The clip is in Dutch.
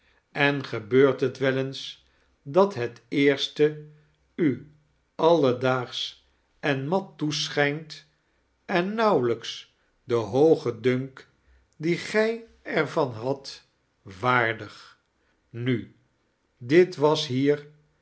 en gebeurt het wel sens dat het eerste u alledaagsch en mat toekerst vert ellingen schijnt en nauwelijks den hoogen dunk dien gij er van hadt waardig nu dit was hier